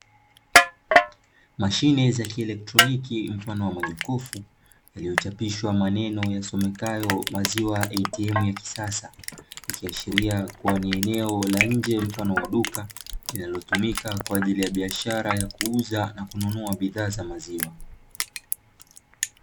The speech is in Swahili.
Mashine za kielotroniki mfano wa majokofu, yaliyochapishwa maneno yasomekayo "Mashine ya ATM ya kisasa", ikiashiria ni eneo la nje la duka linalotumika kwa ajili ya biashara ya kuuza na kununua bidhaa za maziwa.